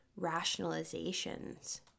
rationalizations